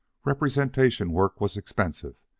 representation work was expensive,